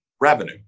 revenue